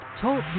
Talk